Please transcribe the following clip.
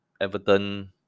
Everton